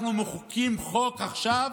אנחנו מחוקקים חוק עכשיו